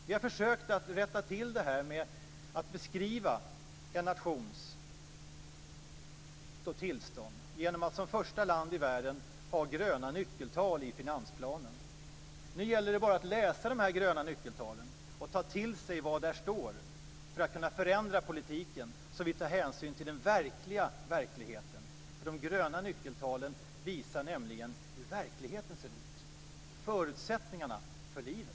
Vi har försökt att rätta till det här med att beskriva en nations tillstånd genom att som första land i världen ha gröna nyckeltal i finansplanen. Nu gäller det bara att läsa de här gröna nyckeltalen och ta till sig vad där står för att kunna förändra politiken så att vi tar hänsyn till den verkliga verkligheten. De gröna nyckeltalen visar nämligen hur verkligheten ser ut; förutsättningarna för livet.